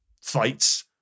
fights